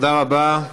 תודה רבה.